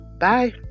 Bye